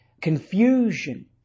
confusion